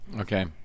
Okay